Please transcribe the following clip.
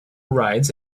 rides